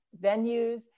venues